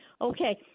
Okay